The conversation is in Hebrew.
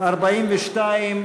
42?